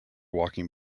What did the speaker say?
walking